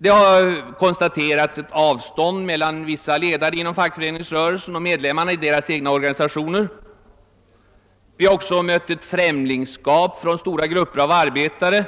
Det har konstaterats ett betydande avstånd mellan vissa ledare inom fackföreningsrörelsen och medlemmarna i de egna organisationerna. Vi har också mött ett främlingskap hos stora grupper av arbetare